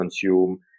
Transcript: consume